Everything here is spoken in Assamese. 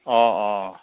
অ' অ'